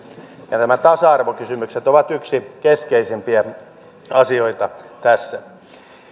ja nämä tasa arvokysymykset ovat yksi keskeisimpiä asioita tässä